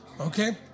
Okay